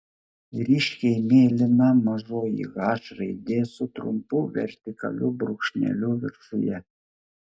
ryškiai mėlyna mažoji h raidė su trumpu vertikaliu brūkšneliu viršuje